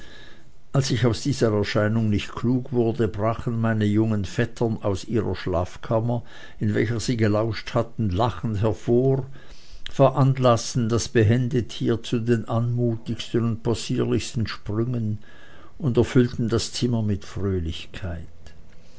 als ich aus dieser erscheinung nicht klug wurde brachen meine jungen vettern aus ihrer schlafkammer in welcher sie gelauscht hatten lachend hervor veranlaßten das behende tier zu den anmutigsten und possierlichsten sprüngen und erfüllten das zimmer mit fröhlichkeit